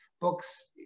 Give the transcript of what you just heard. books